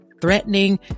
threatening